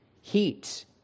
heat